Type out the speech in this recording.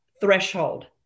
threshold